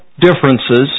differences